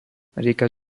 rieka